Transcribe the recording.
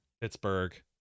Pittsburgh